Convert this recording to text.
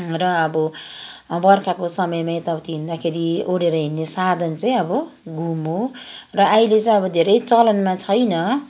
र अब बर्खाको समयमा यता उति हिँड्दाखेरि ओढेर हिँड्ने साधन चाहिँ अब घुम हो र अहिले चाहिँ अब धेरै चलनमा छैन